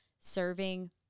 serving